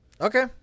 Okay